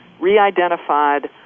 re-identified